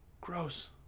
gross